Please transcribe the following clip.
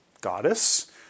goddess